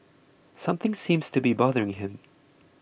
something seems to be bothering him